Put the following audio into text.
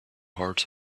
hearts